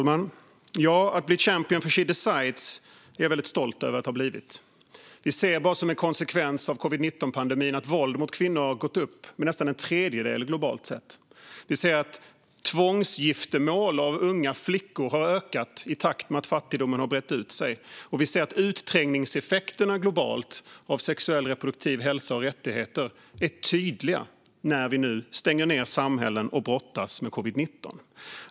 Fru talman! Ja, jag är väldigt stolt över att ha blivit champion för She Decides. Vi ser att bara som en konsekvens av covid-19-pandemin har våldet mot kvinnor ökat med nästan en tredjedel globalt sett. Vi ser att tvångsgifte med unga flickor har ökat i takt med att fattigdomen brett ut sig, och vi ser att utträngningseffekterna på sexuell och reproduktiv hälsa och rättigheter är tydliga världen över när vi nu stänger ned samhällen och brottas med covid-19.